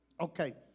Okay